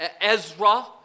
Ezra